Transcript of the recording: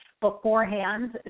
beforehand